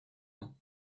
ans